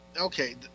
Okay